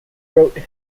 wrote